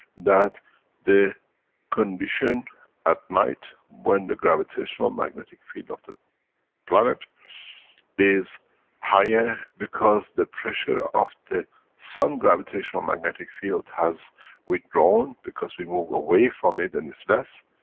that the condition at night, when the gravitational-magnetic field of the planet is higher because the pressure of the sun gravitational-magnetic field has withdrawn because we move away from it and it's less,